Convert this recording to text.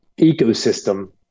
ecosystem